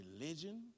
religion